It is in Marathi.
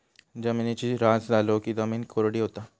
जिमिनीचो ऱ्हास झालो की जिमीन कोरडी होता